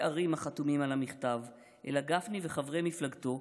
ערים החתומים על המכתב אלא גפני וחברי מפלגתו,